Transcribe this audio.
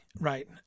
Right